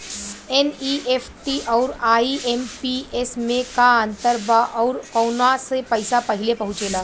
NEFT आउर IMPS मे का अंतर बा और आउर कौना से पैसा पहिले पहुंचेला?